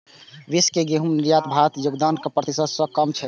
विश्व के गहूम निर्यात मे भारतक योगदान एक प्रतिशत सं कम छै